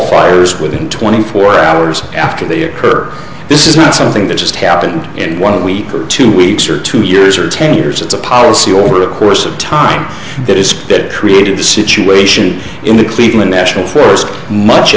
fires within twenty four hours after they occur this is not something that just happened in one week or two weeks or two years or ten years it's a policy or a course of time that is that created a situation in the cleveland national forest much